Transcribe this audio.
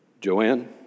Joanne